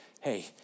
hey